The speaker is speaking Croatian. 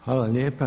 Hvala lijepa.